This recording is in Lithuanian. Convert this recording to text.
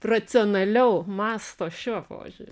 racionaliau mąsto šiuo požiūr